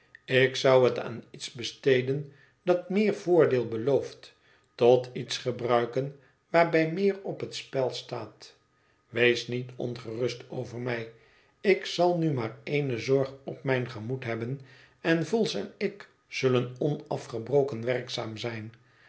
ik zou het aan iets besteden dat meer voordeel belooft tot iets gebruiken waarbij meer op het spel staat wees niet ongerust over mij ik zal nu maar ééne zorg op mijn gemoed hebben en vholes en ik zullen onafgebroken werkzaam zijn